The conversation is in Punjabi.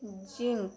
ਜਿੰਕ